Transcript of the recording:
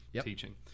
teaching